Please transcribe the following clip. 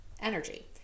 energy